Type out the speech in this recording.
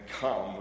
come